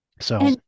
So-